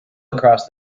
across